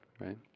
right